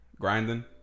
Grinding